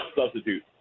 substitute